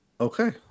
Okay